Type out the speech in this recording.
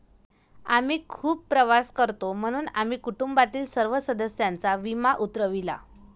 आम्ही खूप प्रवास करतो म्हणून आम्ही कुटुंबातील सर्व सदस्यांचा विमा उतरविला